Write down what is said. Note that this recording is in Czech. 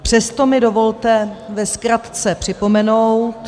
Přesto mi dovolte ve zkratce připomenout...